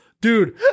Dude